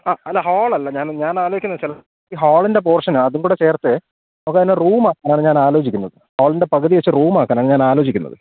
ആ അല്ല ഹോളല്ല ഞാൻ ഞാൻ ആലോിക്ക ചെ ഹളി് പോർഷന് അതും കൂടെ ചേർത്ത് നക്ക തന്നെ റൂംമാക്കാനാണ് ഞാൻ ആലോചിക്കുന്നത് ഹോളിൻ്റെ പകുതി വെച്ച് റൂംമാക്കാനാണ് ഞാൻ ആലോചിക്കുന്നത്